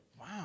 Wow